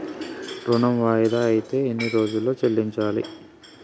ఋణం వాయిదా అత్తే ఎన్ని రోజుల్లో చెల్లించాలి?